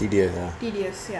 tedious ah